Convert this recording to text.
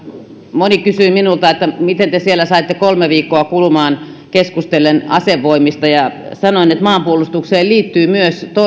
moni kysyi minulta että miten te siellä saitte kolme viikkoa kulumaan keskustellen asevoimista ja sanoin että maanpuolustukseen liittyy myös